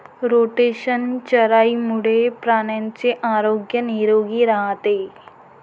rotational चराईमुळे प्राण्यांचे आरोग्य निरोगी राहते